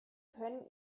können